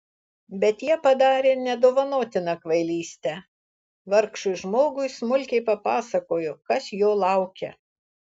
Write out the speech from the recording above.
bet jie padarė nedovanotiną kvailystę vargšui žmogui smulkiai papasakojo kas jo laukia